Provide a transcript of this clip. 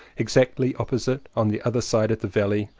exactly op posite, on the other side of the valley,